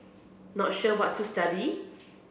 not sure what to study